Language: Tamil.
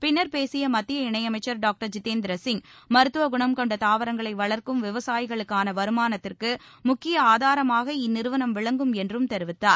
பின்னர் பேசிய மத்திய இணை அமைச்சர் டாக்டர் ஜித்தேந்திர சிங் மருத்துவகுணம் கொண்ட தாவரங்களை வளா்க்கும் விவசாயிகளுக்கான வருமானத்திற்கு முக்கிய ஆதாரமாக இந்நிறுவனம் விளங்கும் என்று தெரிவித்தார்